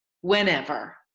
whenever